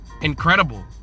incredible